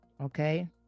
okay